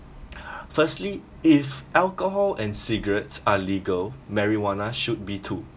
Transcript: firstly if alcohol and cigarettes are legal marijuana should be too